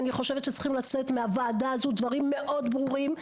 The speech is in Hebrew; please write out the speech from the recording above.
אני חושבת שצריכים לצאת מהוועדה הזו דברים מאוד ברורים,